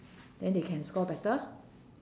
then they can score better